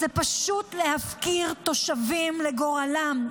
זה פשוט להפקיר תושבים לגורלם.